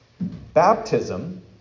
Baptism